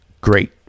great